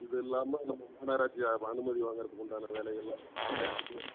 இது இல்லாமல் நம்ம மாநகராட்சியில அனுமதி வாங்குறதுக்கு உண்டான வேலை எல்லாம் அது எல்லாம் இருக்குதுங்க